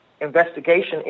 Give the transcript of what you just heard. investigation